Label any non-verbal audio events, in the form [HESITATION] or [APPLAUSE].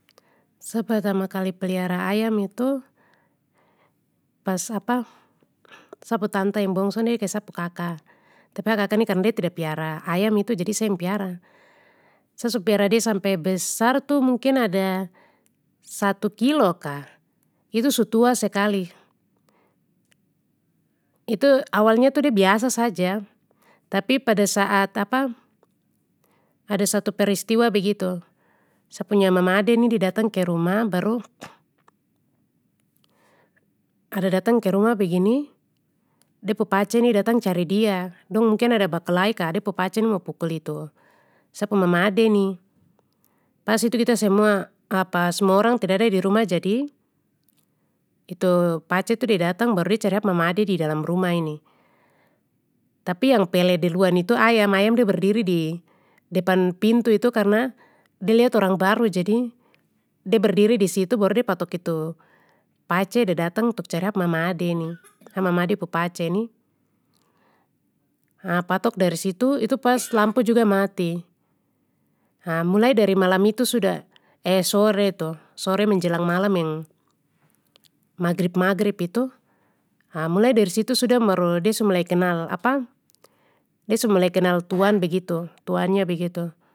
Sa pertama kali pelihara ayam itu, pas apa, sa pu tanta yang bungsu ni ke sa pu kaka, tapi a kaka ni karna de tidak piara ayam itu jadi sa yang piara. Sa su piara de sampe besar tu mungkin ada, satu kilo kah, itu su tua sekali. Itu awalnya tu de biasa saja tapi pada saat [HESITATION] ada satu peristiwa begitu, sa punya mamade ni de datang ke rumah baru. Ada datang ke rumah begini, de pu pace ni datang cari dia dong mungkin ada bakalai kah de pu pace mo pukul itu, sa pu mamade ni, pas itu kita semua [HESITATION] smua orang tidada di rumah jadi, itu pace itu de datang baru de cari ap mamade di dalam rumah ini, tapi yang pele duluan itu ayam, ayam de berdiri di depan pintu itu karna de lihat orang baru jadi, de berdiri disitu baru de patok itu, pace de datang untuk cari ap mamade ni, ha mamade pu pace ni. Ha patok dari situ itu pas lampu juga mati. Ha mulai dari malam itu sudah eh sore tu, sore menjelang malam yang maghrib maghrib itu, ah mulai dari situ sudah baru de su mulai kenal [HESITATION] de su mulai kenal tuan begitu tuannya begitu.